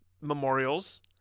memorials